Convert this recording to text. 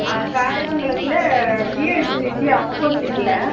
ஆ காரியமங்கலத்தில் ஜிஹெச்சுக்கு ஆப்போசிட்டில்